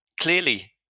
clearly